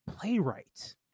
playwright